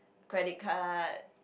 credit card